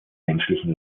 menschlichen